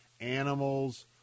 animals